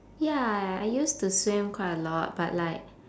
ya I used to swim quite a lot but like